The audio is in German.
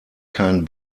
kein